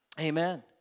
Amen